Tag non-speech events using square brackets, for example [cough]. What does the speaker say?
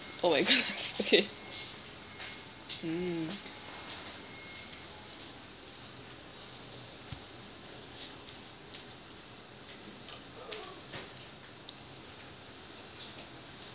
oh my god [laughs] okay mm